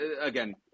again